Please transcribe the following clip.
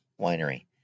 Winery